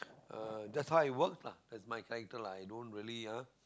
uh that's how it works lah that's my character lah i don't really ah